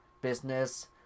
business